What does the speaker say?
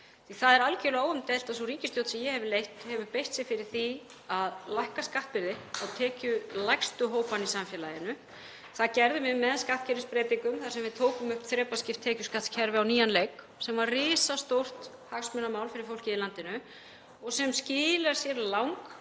það er algjörlega óumdeilt að sú ríkisstjórn sem ég hef leitt hefur beitt sér fyrir því að lækka skattbyrði tekjulægstu hópanna í samfélaginu. Það gerðum við með skattkerfisbreytingum þar sem við tókum upp þrepaskipt tekjuskattskerfi á nýjan leik, sem var risastórt hagsmunamál fyrir fólkið í landinu og sem skilar sér langbest